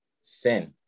sin